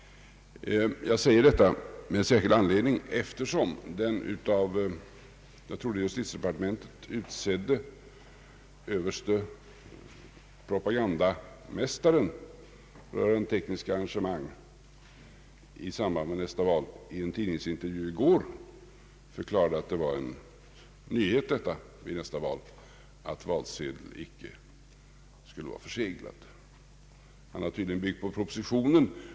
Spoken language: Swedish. Jag säger detta av en särskild anled ning. Den — jag tror att det är av justitiedepartementet — utsedde pro pagandamästaren rörande tekniska arrangemang i samband med nästa val förklarade i en tidningsintervju i går, att det var en nyhet vid nästa val att valsedeln icke skulle vara förseglad. Han har tydligen byggt på propositionen.